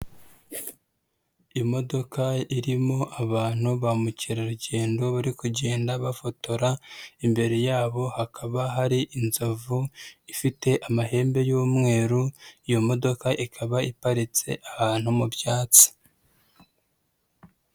Imodoka irimo abantu ba mukerarugendo bari kugenda bafotora, imbere yabo hakaba hari inzovu, ifite amahembe y'umweru, iyo modoka ikaba iparitse ahantu mu byatsi.